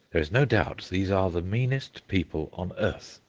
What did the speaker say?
there is no doubt these are the meanest people on earth.